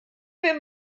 mir